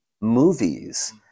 movies